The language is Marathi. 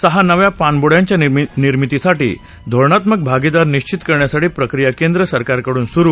सहा नव्या पाणबुड्यांच्या निर्मितीसाठी धोरणात्मक भागिदार निश्वित करण्याची प्रक्रिया केंद्र सरकारकडून सुरु